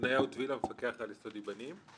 בניהו טבילה, מפקח על-יסודי בנים.